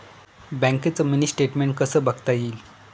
बँकेचं mini statement कसं बघता येईल?